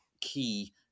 key